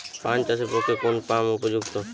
পান চাষের পক্ষে কোন পাম্প উপযুক্ত?